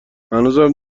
هنوزم